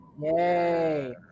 Yay